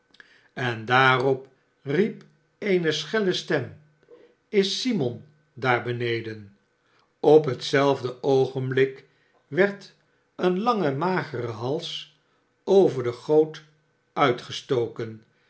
n daarop riep eene schelle stem sis simon daar beneden op hetzelfde oogenblik werd een lange magere hals over de goot uitgestoken